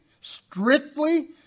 strictly